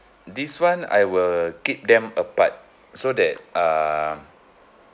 this one I will keep them apart so that uh